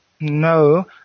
no